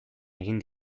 egin